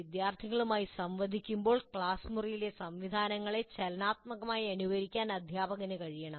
വിദ്യാർത്ഥികളുമായി സംവദിക്കുമ്പോൾ ക്ലാസ് മുറിയിലെ സംവിധാനങ്ങളെ ചലനാത്മകമായി അനുകരിക്കാൻ അധ്യാപകന് കഴിയണം